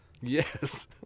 Yes